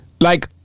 Like-